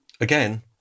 again